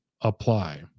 apply